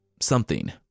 something